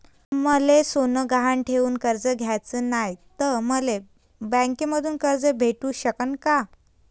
मले सोनं गहान ठेवून कर्ज घ्याचं नाय, त मले बँकेमधून कर्ज भेटू शकन का?